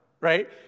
right